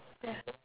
ya